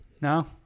No